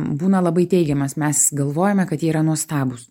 būna labai teigiamas mes galvojame kad jie yra nuostabūs